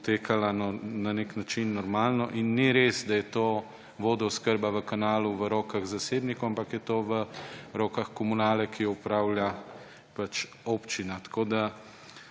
potekala na nek način normalno in ni res, da je ta vodooskrba v Kanalu v rokah zasebnikov, ampak je to v rokah Komunale, ki jo upravlja občina. Tako se